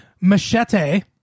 Machete